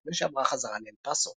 לפני שעברה חזרה לאל פאסו.